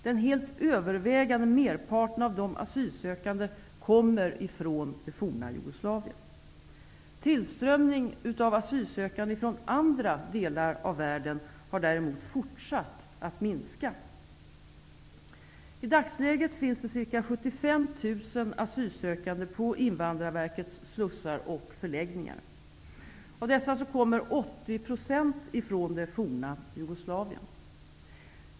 Den helt övervägande merparten av de asylsökande kommer från det forna Jugoslavien. Tillströmningen av asylsökande från andra delar av världen har däremot fortsatt att minska. I dagsläget finns ca 75 000 asylsökande på Invandrarverkets slussar och förläggningar. Av dessa kommer 80 % från det forna Jugoslavien.